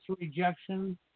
rejection